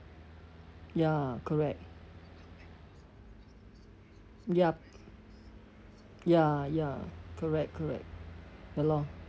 ya correct yup ya ya correct correct the lor